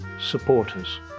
supporters